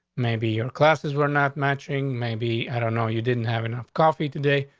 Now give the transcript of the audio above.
maybe your classes were not matching. maybe. i don't know. you didn't have enough coffee today,